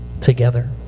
together